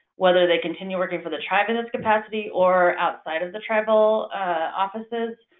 whether they continue working for the tribe in this capacity or outside of the tribal offices.